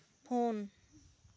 phone